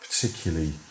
particularly